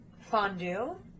fondue